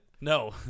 No